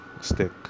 stick